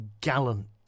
gallant